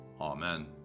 Amen